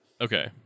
Okay